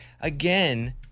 Again